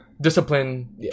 discipline